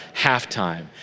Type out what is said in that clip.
halftime